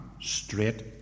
straight